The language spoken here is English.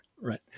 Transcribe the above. Right